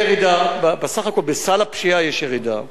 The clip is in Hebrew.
בסך הכול בסל הפשיעה יש ירידה.